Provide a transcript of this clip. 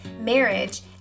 marriage